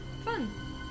fun